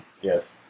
Yes